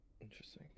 Interesting